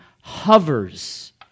hovers